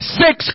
six